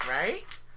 right